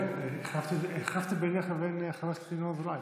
כן, החלפתי בינך ובין חבר הכנסת ינון אזולאי.